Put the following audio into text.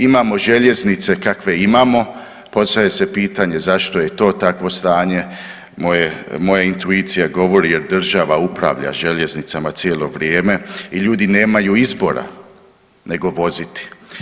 Imamo željeznice kakve imamo, postavlja se pitanje zašto je to takvo stanje, moja, moja intuicija govori jer država upravlja željeznicama cijelo vrijeme i ljudi nemaju izbora nego voziti.